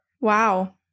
Wow